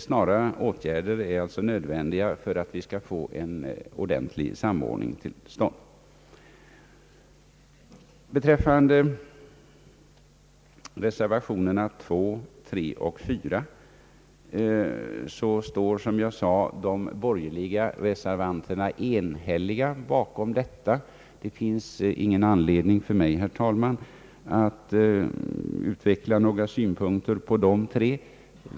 Snara åtgärder är alltså nödvändiga för att vi skall få en ordentlig samordning till stånd. Beträffande reservationerna 2, 3 och 4 står som jag sade de borgerliga reservanterna eniga bakom dessa. Det finns ingen anledning för mig, herr talman, att utveckla några synpunkter på dessa tre reservationer.